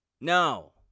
No